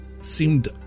seemed